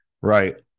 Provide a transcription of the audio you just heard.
right